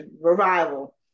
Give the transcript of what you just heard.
revival